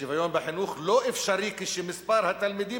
שוויון בחינוך אינו אפשרי כשמספר התלמידים